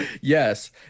Yes